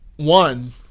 One